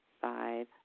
five